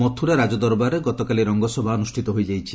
ମଥୁରା ରାଜ ଦରବାରରେ ଗତକାଲି ରଙ୍ଗସଭା ଅନୁଷ୍ଚିତ ହୋଇଯାଇଛି